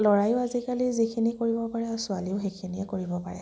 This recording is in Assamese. ল'ৰাইয়ো আজিকালি যিখিনি কৰিব পাৰে ছোৱালীয়েও সেইখিনিয়ে কৰিব লাগে